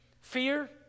fear